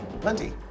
plenty